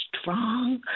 strong